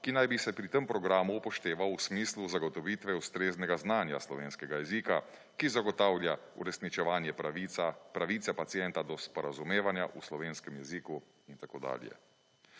ki naj bi se pri tem programu upošteval v smislu zagotovitve ustreznega znanja slovenskega jezika, ki zagotavlja uresničevanje pravice pacienta do sporazumevanja v slovenskem jeziku in tako dalje.